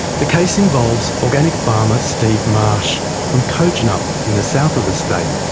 the case involves organic farmer steve marsh from kojonup, in the south of the state,